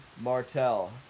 martell